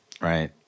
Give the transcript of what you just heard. Right